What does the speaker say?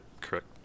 correct